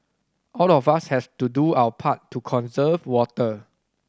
all of us has to do our part to conserve water